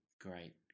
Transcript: Great